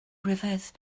ryfedd